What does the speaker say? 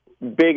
big